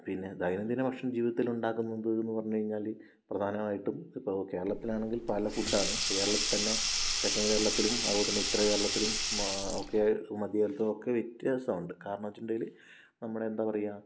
പിന്നെ ദൈനംദിന ഭക്ഷണം ജീവിതത്തിൽ ഉണ്ടാക്കുന്നതെന്ന് പറഞ്ഞു കഴിഞ്ഞാല് പ്രധാനമായിട്ടും ഇപ്പോൾ കേരളത്തിലാണെങ്കിൽ പല ഫുഡാണ് ഇപ്പോള് കേരളത്തില്ത്തന്നെ തെക്കൻ കേരളത്തിലും അതുപോലെതന്നെ ഉത്തര കേരളത്തിലുമൊക്കെ മധ്യകേരളത്തിലുമൊക്കെ വ്യത്യാസമുണ്ട് കാരണമെന്ന് വെച്ചിട്ടുണ്ടെങ്കില് നമ്മുടെ എന്താണ് പറയുക